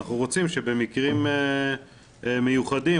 אנחנו רוצים שבמקרים מיוחדים,